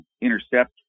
intercept